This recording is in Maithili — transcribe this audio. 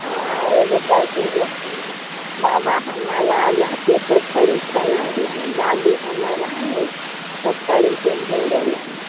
आ एगो कहैत छै जे